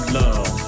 love